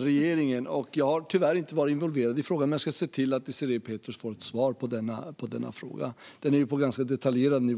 regeringen. Jag har tyvärr inte varit involverad i frågan. Men jag ska se till att Désirée Pethrus får svar på sin fråga, som är på en ganska detaljerad nivå.